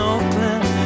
Oakland